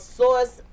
source